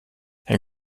herr